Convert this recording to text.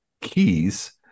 keys